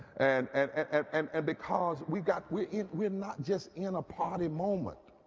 and and and and because we've got we're we're not just in a party moment.